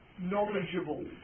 Knowledgeable